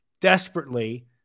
desperately